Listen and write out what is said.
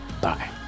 Bye